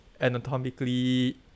Anatomically